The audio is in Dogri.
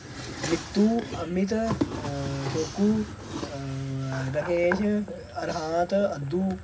मित्तु अमि त शोक्कू रकेश रिहांत अद्धू